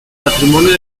patrimonio